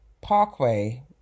parkway